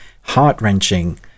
heart-wrenching